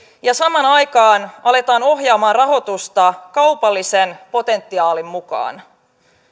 ja samaan aikaan aletaan ohjaamaan rahoitusta kaupallisen potentiaalin mukaan